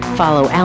follow